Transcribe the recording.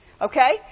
Okay